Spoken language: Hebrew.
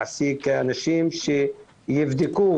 להעסיק אנשים שיבדקו,